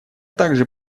также